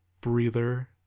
breather